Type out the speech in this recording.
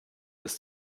ist